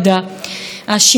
"משילות" ואחרים,